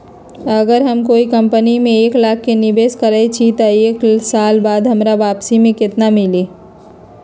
अगर हम कोई कंपनी में एक लाख के निवेस करईछी त एक साल बाद हमरा वापसी में केतना मिली?